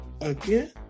Again